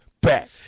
back